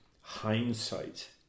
hindsight